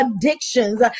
addictions